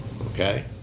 Okay